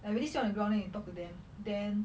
I really sit on the ground then you talk to them then